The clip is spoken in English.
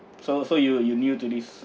so so you you new to this